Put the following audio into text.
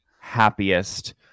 happiest